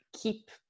keep